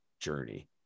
journey